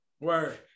Word